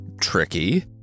tricky